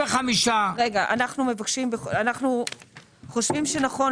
אנחנו חושבים שנכון,